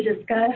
discuss